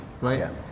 right